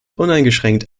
uneingeschränkt